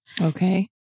Okay